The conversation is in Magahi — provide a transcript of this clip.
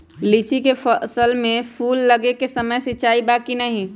लीची के फसल में फूल लगे के समय सिंचाई बा कि नही?